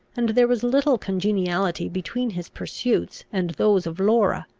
and there was little congeniality between his pursuits and those of laura.